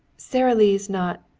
sara lee's not